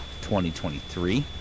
2023